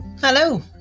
Hello